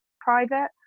private